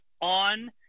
on